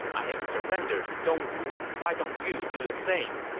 i have surrendered to dongwu. why don't you do the same?